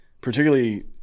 particularly